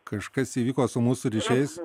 kažkas įvyko su mūsų ryšiais